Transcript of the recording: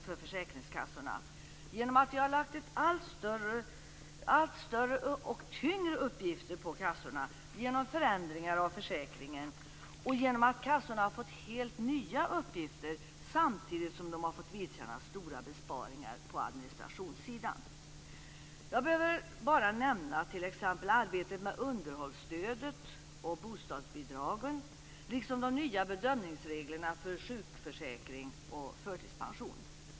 Den har uppstått genom att vi har lagt allt större och allt tyngre uppgifter på kassorna i och med förändringar av försäkringen och genom att kassorna fått helt nya uppgifter samtidigt som de fått vidkännas stora besparingar på administrationssidan. Jag behöver bara nämna t.ex. arbetet med underhållsstödet och bostadsbidragen, liksom de nya bedömningsreglerna för sjukförsäkring och förtidspension.